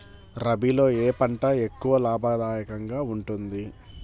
రబీలో ఏ పంట ఎక్కువ లాభదాయకంగా ఉంటుంది?